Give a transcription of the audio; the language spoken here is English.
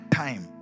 time